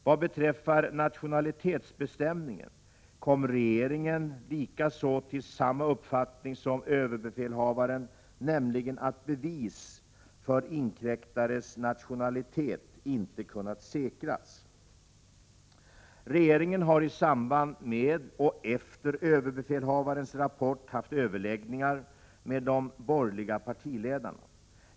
Vad beträffar nationalitetsbestämningen kom regeringen likaså till samma uppfattning som överbefälhavaren, nämligen att bevis för inkräktarens nationalitet inte kunnat säkras. Regeringen har i samband med och efter överbefälhavarens rapport haft överläggningar med de borgerliga partiledarna.